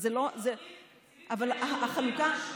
אבל החלוקה,